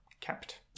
kept